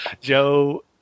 Joe